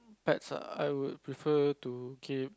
pets ah I would prefer to keep